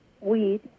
weed